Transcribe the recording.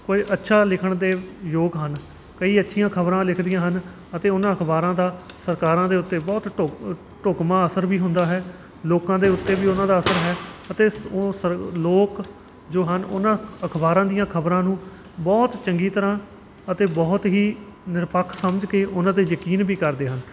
ਕੋਈ ਅੱਛਾ ਲਿਖਣ ਦੇ ਯੋਗ ਹਨ ਕਈ ਅੱਛੀਆਂ ਖ਼ਬਰਾਂ ਲਿਖਦੀਆਂ ਹਨ ਅਤੇ ਉਹਨਾਂ ਅਖ਼ਬਾਰਾਂ ਦਾ ਸਰਕਾਰਾਂ ਦੇ ਉੱਤੇ ਬਹੁਤ ਢੁ ਢੁਕਵਾ ਅਸਰ ਵੀ ਹੁੰਦਾ ਹੈ ਲੋਕਾਂ ਦੇ ਉੱਤੇ ਵੀ ਉਹਨਾਂ ਦਾ ਅਸਰ ਹੈ ਅਤੇ ਉਹ ਲੋਕ ਜੋ ਹਨ ਉਹਨਾਂ ਅਖ਼ਬਾਰਾਂ ਦੀਆਂ ਖ਼ਬਰਾਂ ਨੂੰ ਬਹੁਤ ਚੰਗੀ ਤਰ੍ਹਾਂ ਅਤੇ ਬਹੁਤ ਹੀ ਨਿਰਪੱਖ ਸਮਝ ਕੇ ਉਹਨਾਂ 'ਤੇ ਯਕੀਨ ਵੀ ਕਰਦੇ ਹਨ